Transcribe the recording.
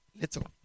little